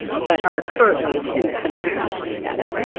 but are currently in the country without legal status.